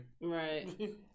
Right